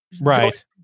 right